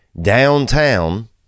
downtown